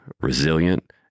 resilient